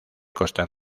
costa